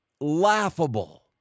laughable